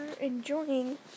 enjoying